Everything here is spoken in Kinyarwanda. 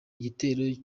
igitero